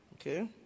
Okay